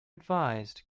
advised